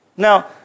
Now